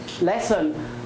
lesson